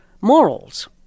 morals—